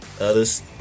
Others